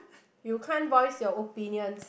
you can't voice your opinions